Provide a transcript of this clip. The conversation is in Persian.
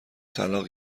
طلاق